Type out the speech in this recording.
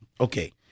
Okay